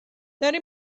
داری